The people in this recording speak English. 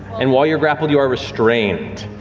and while you're grappled, you are restrained.